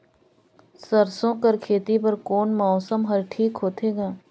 सरसो कर खेती बर कोन मौसम हर ठीक होथे ग?